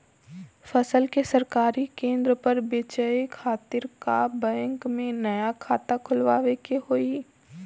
फसल के सरकारी केंद्र पर बेचय खातिर का बैंक में नया खाता खोलवावे के होई?